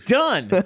done